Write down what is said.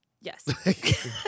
Yes